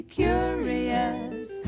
curious